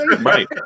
Right